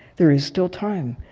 there is still time.